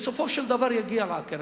בסופו של דבר, זה יגיע לעקרת-הבית.